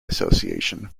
association